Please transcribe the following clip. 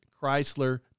Chrysler